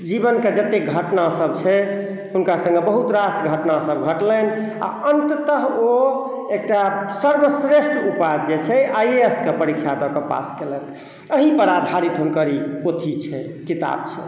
जीवन के जतेक घटना सब छै हुनका सबमे बहुत रास घटना सब घटलनि आ अंततः ओ एकटा सर्वश्रेष्ठ उपाधि जे छै आइ ए एस के परीक्षा पास केलक एहि पर आधारित हुनकर ई पोथी छनि किताब छै